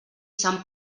sant